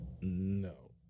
No